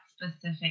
specific